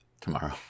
Tomorrow